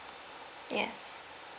yes